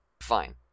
Fine